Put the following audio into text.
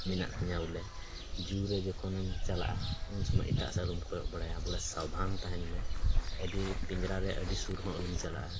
ᱢᱮᱱᱟᱜ ᱛᱤᱧᱟ ᱵᱚᱞᱮ ᱡᱩ ᱨᱮ ᱡᱚᱠᱷᱚᱱᱮᱢ ᱪᱟᱞᱟᱜᱼᱟ ᱩᱱ ᱥᱚᱢᱚᱭ ᱮᱴᱟᱜ ᱥᱮ ᱟᱞᱚᱢ ᱠᱚᱭᱚᱜ ᱵᱟᱲᱟᱭᱟ ᱥᱟᱵᱫᱷᱟᱱ ᱛᱟᱦᱮᱱ ᱢᱮ ᱟᱹᱰᱤ ᱯᱤᱡᱽᱨᱟ ᱨᱮᱭᱟᱜ ᱟᱹᱰᱤ ᱥᱩᱨ ᱦᱚᱸ ᱟᱞᱚᱢ ᱪᱟᱞᱟᱜᱼᱟ